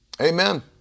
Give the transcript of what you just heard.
Amen